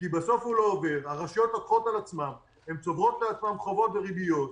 כי הוא לא עובר והרשויות צוברות לעצמן חובות וריביות.